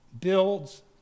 builds